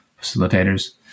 facilitators